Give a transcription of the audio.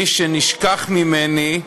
מי שנשכח ממני,